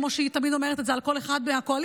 כמו שהיא תמיד אומרת את זה על כל אחד מהקואליציה.